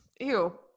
Ew